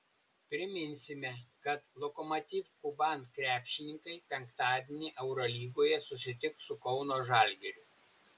priminsime kad lokomotiv kuban krepšininkai penktadienį eurolygoje susitiks su kauno žalgiriu